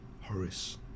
Horace